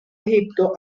egipto